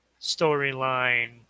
storyline